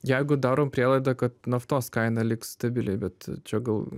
jeigu darom prielaidą kad naftos kaina liks stabili bet čia gal